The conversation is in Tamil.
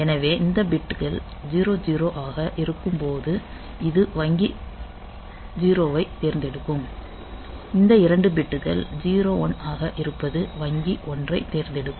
எனவே இந்த பிட்கள் 00 ஆக இருக்கும்போது இது வங்கி 0 ஐத் தேர்ந்தெடுக்கும் இந்த 2 பிட்கள் 01 ஆக இருப்பது வங்கி 1 ஐத் தேர்ந்தெடுக்கும்